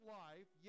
life